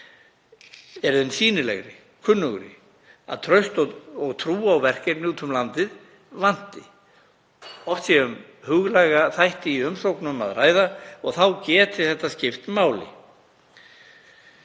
eru þeim sýnilegri, kunnugri. Traust og trú á verkefni úti um landið vanti. Oft sé um huglæga þætti í umsóknum að ræða og þá geti þetta skipt máli.